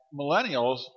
millennials